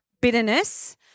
bitterness